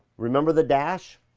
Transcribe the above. remember the dash?